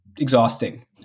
exhausting